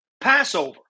Passover